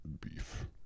beef